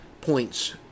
points